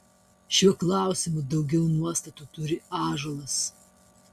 šiuo klausimu daugiau nuostatų turi ąžuolas